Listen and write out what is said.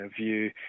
view